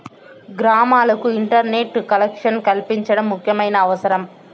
గ్రామాలకు internet collection కల్పించడం ముఖ్యమైన అవసరం